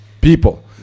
people